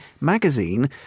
magazine